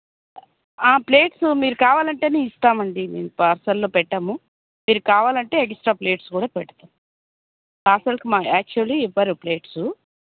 plates మీరు కావాలంటేనే ఇస్తామండి మేము పార్సెల్లో పెట్టము మీరు కావాలంటే ఎక్స్ట్రా ప్లేట్స్ కూడా పెడతాం పార్సెల్స్ మా యాక్చువల్లి ఇవ్వరు ప్లేట్సు